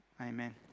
Amen